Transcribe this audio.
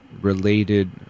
related